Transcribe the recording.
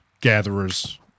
gatherers